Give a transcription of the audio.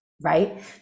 Right